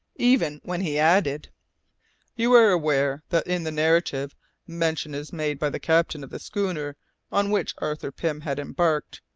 even when he added you are aware that in the narrative mention is made by the captain of the schooner on which arthur pym had embarked,